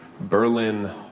Berlin